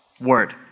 word